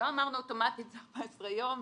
לא אמרנו אוטומטית 14 יום,